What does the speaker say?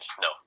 No